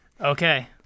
Okay